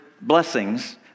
blessings